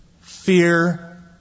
Fear